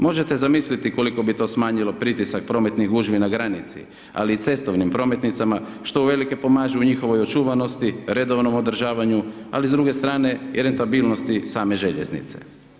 Možete zamisliti koliko bi to smanjio pritisak prometnih gužvi na granici, ali i cestovnim prometnicima, što uvelike pomažu u njihovoj očuvanosti, redovnom održavanju, ali s druge strane i rentabilnosti same željeznice.